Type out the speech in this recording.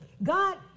God